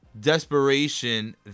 desperation